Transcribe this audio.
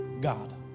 God